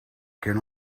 can